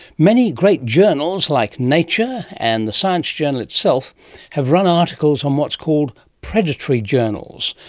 many great journals like nature and the science journal itself have run articles on what's called predatory journals,